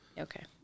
Okay